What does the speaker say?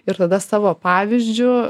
ir tada savo pavyzdžiu